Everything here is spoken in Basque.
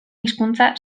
hizkuntza